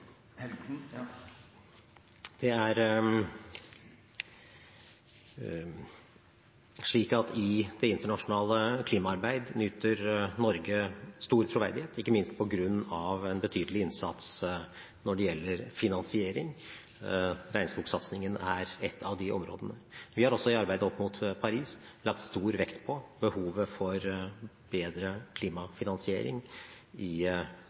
I det internasjonale klimaarbeidet nyter Norge stor troverdighet, ikke minst på grunn av en betydelig innsats når det gjelder finansiering. Regnskogsatsingen er et av de områdene. Vi har også i arbeidet opp mot Paris lagt stor vekt på behovet for bedre klimafinansiering i den pakken som er nødvendig for å få til en god avtale i